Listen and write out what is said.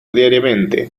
diariamente